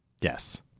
Yes